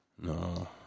no